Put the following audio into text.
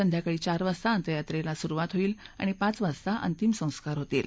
संध्याकाळी चार वाजता अंत्ययात्रेला सुरुवात होईल आणि पाच वाजता अंतिम संस्कार होतील